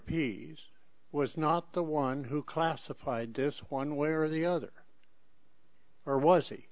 pease was not the one who classified this one way or the other or was he